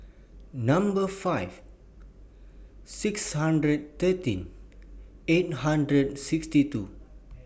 Number five six hundred thirteen eight hundred sixty two